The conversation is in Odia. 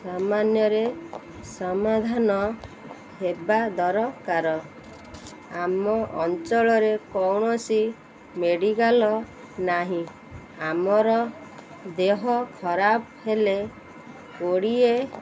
ସାମାନ୍ୟରେ ସମାଧାନ ହେବା ଦରକାର ଆମ ଅଞ୍ଚଳରେ କୌଣସି ମେଡ଼ିକାଲ୍ ନାହିଁ ଆମର ଦେହ ଖରାପ ହେଲେ କୋଡ଼ିଏ